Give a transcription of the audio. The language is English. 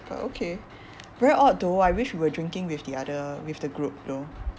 but okay very odd though I wish we were drinking with the other with the group though